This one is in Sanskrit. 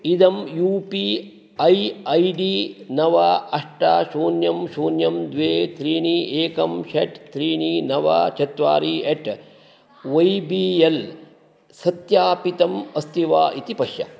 इदं U P I I D नव अष्ट शून्यं शून्यं द्वे त्रीणि एकं षट् त्रीणि नव चत्वारि एट् वै बि एल् सत्यापितम् अस्ति वा इति पश्य